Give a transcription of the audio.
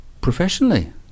professionally